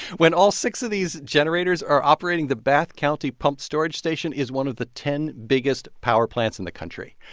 when all six of these generators are operating, the bath county pumped storage station is one of the ten biggest power plants in the country.